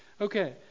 Okay